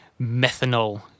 methanol